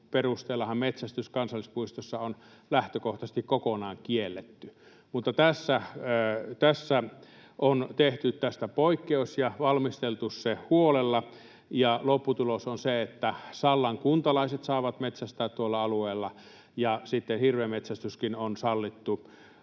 perusteellahan metsästys kansallispuistossa on lähtökohtaisesti kokonaan kielletty. Tässä on tehty tästä poikkeus ja valmisteltu se huolella, ja lopputulos on se, että Sallan kuntalaiset saavat metsästää tuolla alueella ja hirvenmetsästyskin on sallittu